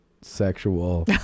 sexual